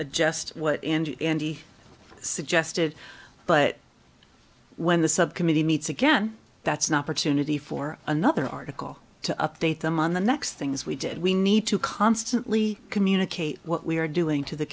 adjust what and andy suggested but when the sub committee meets again that's not pursue nitty for another article to update them on the next things we did we need to constantly communicate what we're doing to the